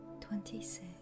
twenty-six